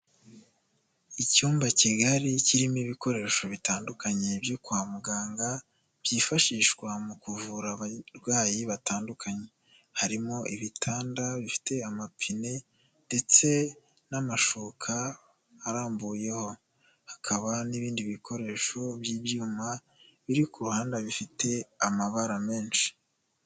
Icyumba kigari kirimo ibikoresho bitandukanye byo kwa muganga byifashishwa mu kuvura abarwayi batandukanye harimo; ibitanda bifite amapine ndetse n'amashuka arambuyeho hakaba n'ibindi bikoresho by'ibyuma biri ku ruhande bifite amabara menshi.